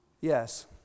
Yes